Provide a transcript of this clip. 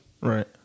Right